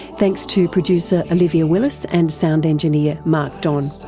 thanks to producer olivia willis and sound engineer mark don.